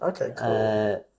Okay